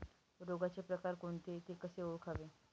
रोगाचे प्रकार कोणते? ते कसे ओळखावे?